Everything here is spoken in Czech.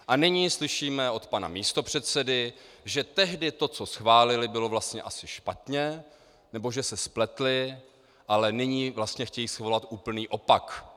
A nyní slyšíme od pana místopředsedy, že tehdy to, co schválili, bylo vlastně asi špatně, nebo že se spletli a nyní vlastně chtějí svolat úplný opak.